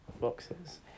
boxes